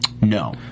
No